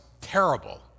terrible